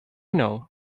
know